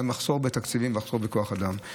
בגלל מחסור בתקציבים, מחסור בכוח אדם.